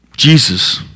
Jesus